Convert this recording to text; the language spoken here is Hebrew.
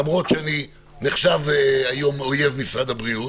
למרות שאני נחשב היום אויב משרד הבריאות,